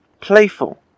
playful